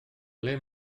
ble